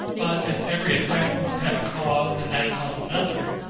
but as every effect must have a cause, and that cause another,